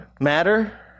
matter